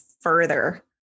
further